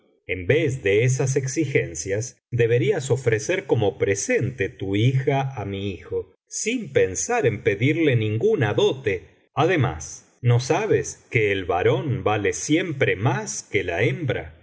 en vez de esas exigencias deberías ofrecer como presente tu hija á mi hijo sin pensar en pedirle ninguna dote además no sabes que el varón vale siempre más que la hembra